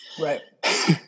Right